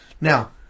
Now